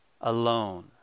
alone